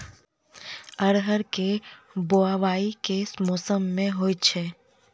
अरहर केँ बोवायी केँ मौसम मे होइ छैय?